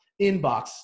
inbox